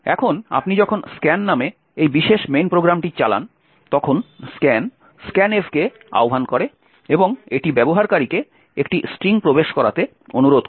এখন আপনি যখন scan নামে এই বিশেষ main প্রোগ্রামটি চালান তখন scan scanf কে আহ্বান করে এবং এটি ব্যবহারকারীকে একটি স্ট্রিং প্রবেশ করাতে অনুরোধ করে